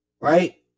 right